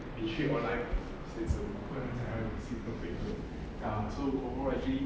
你去 online 买鞋子你不可能奖还有 received perfect also ya so overall actually